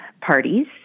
parties